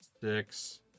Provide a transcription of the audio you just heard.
six